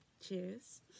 Cheers